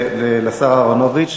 למציתים עצמם,